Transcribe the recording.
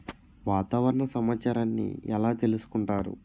వాతావరణ సమాచారాన్ని ఎలా తెలుసుకుంటారు?